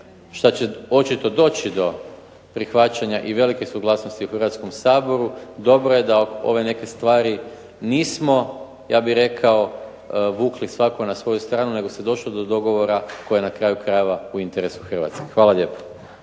šta će očito doći do prihvaćanja i velike suglasnosti u Hrvatskom saboru. Dobro je da ove neke stvari nismo ja bih rekao vukli svako na svoju stranu, nego se došlo do dogovora koji je na kraju krajeva u interesu Hrvatske. Hvala lijepo.